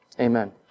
Amen